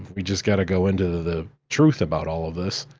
we just gotta go into the truth about all of this,